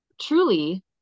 truly